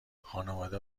خانواده